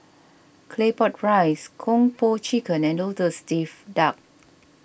Claypot Rice Kung Po Chicken and Lotus Leaf Duck